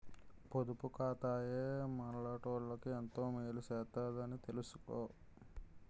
పొదుపు ఖాతాయే మనలాటోళ్ళకి ఎంతో మేలు సేత్తదని తెలిసుకో